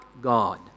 God